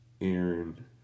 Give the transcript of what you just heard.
Aaron